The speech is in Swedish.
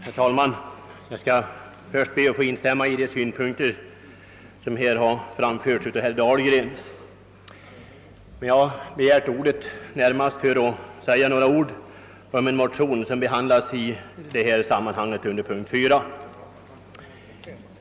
Herr talman! Jag skall först be att få instämma i de synpunkter som här har framförts av herr Dahlgren. Jag har begärt ordet närmast för att säga några ord om ett motionspar som behandlas under punkt 4 i utskottsutlåtandet.